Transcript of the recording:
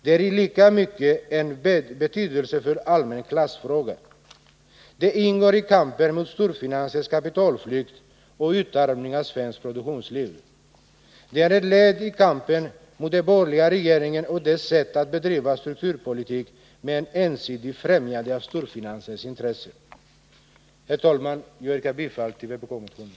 Den är lika mycket en kamp i en betydelsefull allmän klassfråga. Den ingår i kampen mot storfinansens kapitalflykt och utarmningen av svenskt produktionsliv. Den är ett led i kampen mot den borgerliga regeringen och dess sätt att bedriva strukturpolitik med ett ensidigt främjande av storfinansens intressen. Herr talman! Jag yrkar bifall till vpk-motionerna.